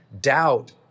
doubt